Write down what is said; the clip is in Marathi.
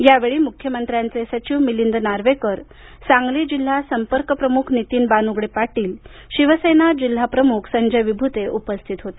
यावेळी मुख्यमंत्र्यांचे सचिव मिलिंद नार्वेकर सांगली जिल्हा संपर्क प्रमुख नितीन बानूगडे पाटील शिवसेना जिल्हा प्रमुख संजय विभूते उपस्थित होते